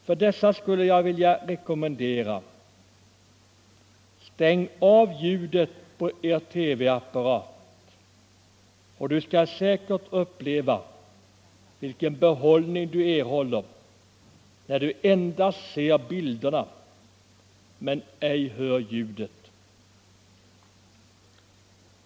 För dessa skulle jag vilja rekommendera: Stäng av ljudet på TV-apparaten, och du skall uppleva vilken behållning du erhåller när du endast ser bilderna men ej hör ljudet!